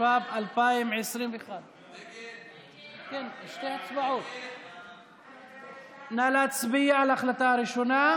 התשפ"ב 2021. נא להצביע על ההצעה הראשונה.